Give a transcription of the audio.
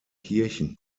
kirchen